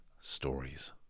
stories